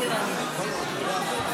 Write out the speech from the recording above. רייטן,